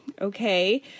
okay